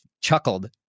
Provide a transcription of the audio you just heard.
chuckled